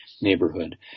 neighborhood